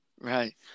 Right